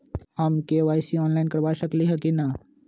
हम KYC online करवा सकली ह कि न?